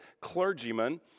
clergymen